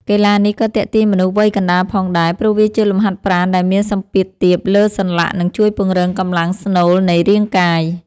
កីឡានេះក៏ទាក់ទាញមនុស្សវ័យកណ្ដាលផងដែរ ព្រោះវាជាលំហាត់ប្រាណដែលមានសម្ពាធទាបលើសន្លាក់ និងជួយពង្រឹងកម្លាំងស្នូលនៃរាងកាយ។